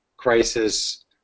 crisis